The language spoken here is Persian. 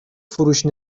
فروش